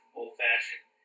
old-fashioned